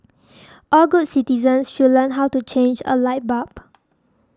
all good citizens should learn how to change a light bulb